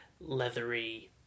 leathery